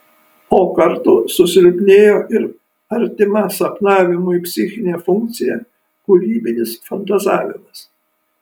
o kartu susilpnėjo ir artima sapnavimui psichinė funkcija kūrybinis fantazavimas